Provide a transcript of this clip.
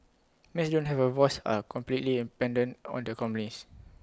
maids don't have A voice are completely dependent on their companies